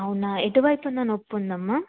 అవునా ఎటువైపున నొప్పుందమ్మా